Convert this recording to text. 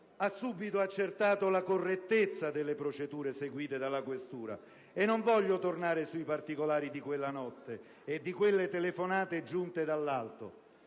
ha subito accertato la correttezza delle procedure seguite dalla questura. Non voglio tornare sui particolari di quella notte e di quelle telefonate giunte dall'alto;